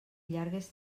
llargues